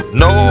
no